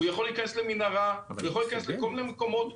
הוא יכול להיכנס למנהרה או לכל מיני מקומות,